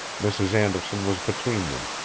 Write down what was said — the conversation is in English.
mrs. anderson was between them,